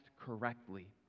correctly